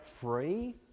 free